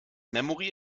memory